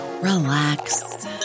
relax